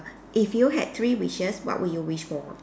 if you had three wishes what would you wish for